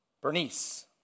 Bernice